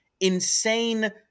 insane